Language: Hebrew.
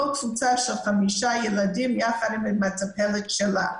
כל קבוצה של חמישה ילדים יחד עם המטפלת שלה.